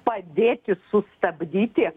padėti sustabdyti